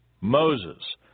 Moses